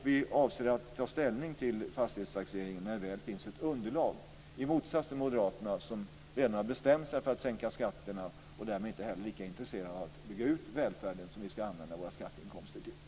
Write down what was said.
Vi avser att ta ställning till fastighetstaxeringen när det väl finns ett underlag, i motsats till Moderaterna som redan har bestämt sig för att sänka skatterna och därmed inte är lika intresserade av att bygga ut välfärden, som vi ska använda våra skatteinkomster till.